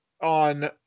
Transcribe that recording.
on